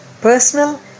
Personal